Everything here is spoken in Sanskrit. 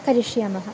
करिष्यामः